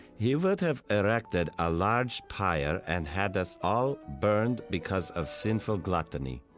he would have erected a large pyre and had us all burned because of sinful gluttony.